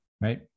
Right